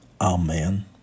Amen